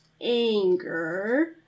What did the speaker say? anger